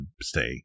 stay